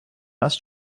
нас